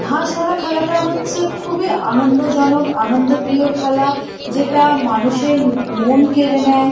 হাঁস ধরা খেলাটা হচ্ছে খুবই আনন্দজনক আনন্দ প্রিয় খেলা যেটা মানুষের মন কেড়ে নেয়